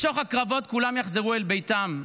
בשוך הקרבות כולם יחזרו אל ביתם,